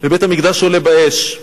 ובית-המקדש עולה באש.